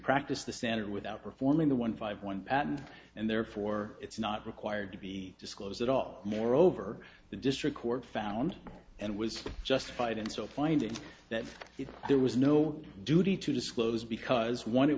practice the standard without performing the one five one and and therefore it's not required to be disclosed at all moreover the district court found and was justified in so finding that there was no duty to disclose because one it